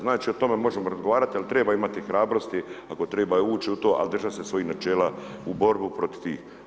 Znači o tome možemo razgovarati ali treba imati hrabrosti, ako treba ući u to a držati se svojih načela u borbu protiv tih.